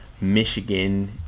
Michigan